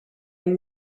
and